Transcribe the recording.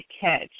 catch